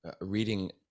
reading